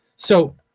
so,